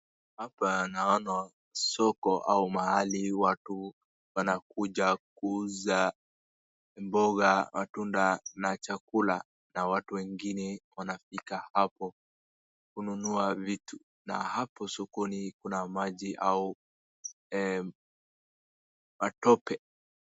Hapa naona soko au mahali watu wanakuja kuuza mboga, matunda na chakula na watu wengine wanafika hapo kununua vitu na hapo sokoni kuna maji au matope.